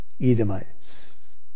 Edomites